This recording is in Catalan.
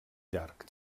llarg